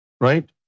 right